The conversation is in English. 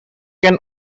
can